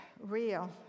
real